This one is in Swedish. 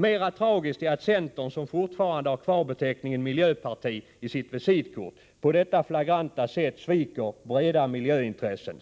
Mera tragiskt är att centern, som fortfarande har kvar beteckningen miljöparti på sitt visitkort, på detta flagranta sätt sviker breda miljöintressen.